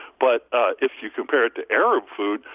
but if you compare it to arab food,